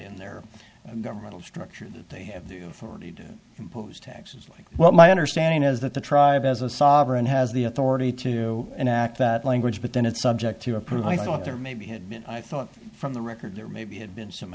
in their governmental structure that they have the authority to impose taxes like well my understanding is that the tribe as a sovereign has the authority to enact that language but then it's subject to approve i thought there may be had been i thought from the record there maybe had been some